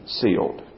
sealed